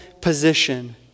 position